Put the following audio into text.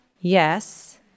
yes